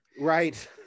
Right